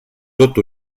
tot